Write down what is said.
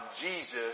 Jesus